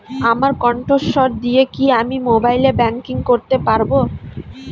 আমার কন্ঠস্বর দিয়ে কি আমি মোবাইলে ব্যাংকিং করতে পারবো?